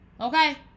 okay